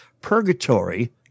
Purgatory